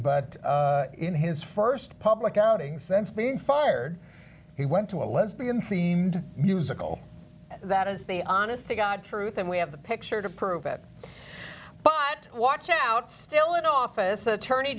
but in his st public outing sense being fired he went to a lesbian themed musical that is the honest to god truth and we have the picture to prove it but watch out still in office attorney